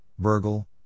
Bergel